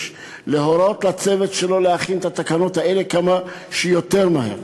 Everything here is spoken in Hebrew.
להורות לצוות שלו להכין את התקנות האלה כמה שיותר מהר.